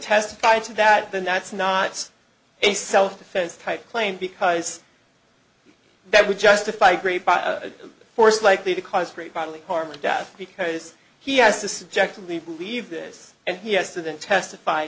testify to that then that's not a self defense type claim because that would justify great force likely to cause great bodily harm or death because he has to subjectively believe this and he has to then testify